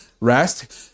rest